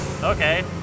Okay